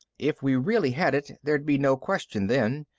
if we really had it, there'd be no question then.